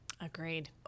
Agreed